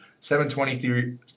723